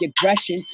aggression